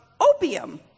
opium